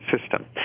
system